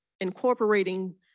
incorporating